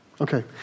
Okay